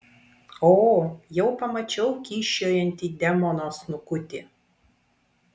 o jau pamačiau kyščiojantį demono snukutį